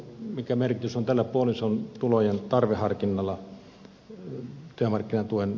mikä merkitys on puolison tulojen tarveharkinnalla työmarkkinatuen osalta